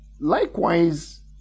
likewise